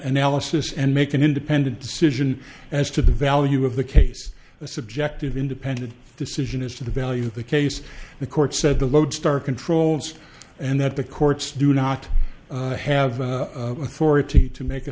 analysis and make an independent decision as to the value of the case a subjective independent decision as to the value of the case the court said the lodestar controls and that the courts do not have authority to make a